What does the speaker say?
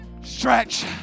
Stretch